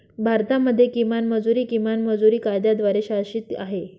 भारतामध्ये किमान मजुरी, किमान मजुरी कायद्याद्वारे शासित आहे